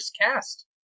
cast